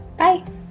Bye